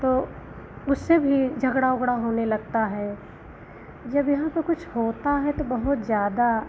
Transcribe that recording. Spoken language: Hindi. तो उससे भी झगड़ा ओगड़ा होने लगता है जब यहाँ पर कुछ होता है तो बहुत ज़्यादा